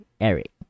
Eric